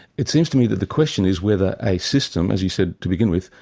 it seems to me that the question is whether a system, as you said to begin with,